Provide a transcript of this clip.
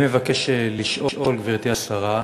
אני מבקש לשאול, גברתי השרה,